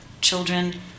children